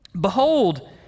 Behold